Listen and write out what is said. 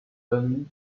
then